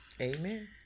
Amen